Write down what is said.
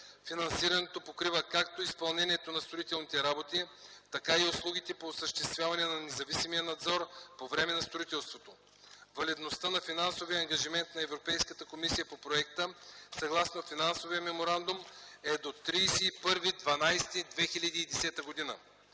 Финансирането покрива както изпълнението на строителните работи, така и услугите по осъществяване на независимия надзор по време на строителството. Валидността на финансовия ангажимент на Европейската комисия по проекта съгласно Финансовия меморандум е до 31.12.2010 г.